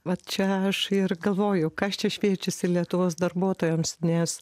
va čia aš ir galvoju kas čia šviečiasi lietuvos darbuotojams nes